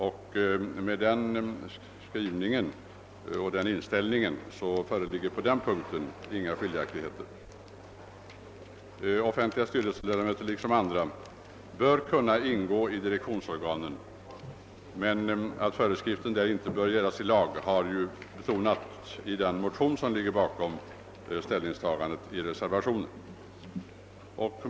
Om den saken råder det inga skiljaktigheter. Offentliga styrelseledamöter bör liksom andra styrelseledamöter på likvärdiga villkor kunna ingå i direktionsorganen, men att någon föreskrift om detta inte bör ges i lagen har betonats i den motion som främst ligger till grund för vår reservation.